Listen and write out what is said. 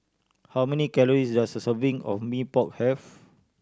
how many calories does a serving of Mee Pok have